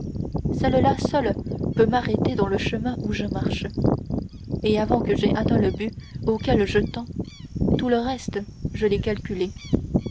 celle-là seule peut m'arrêter dans le chemin où je marche et avant que j'aie atteint le but auquel je tends tout le reste je l'ai calculé